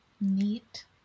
Neat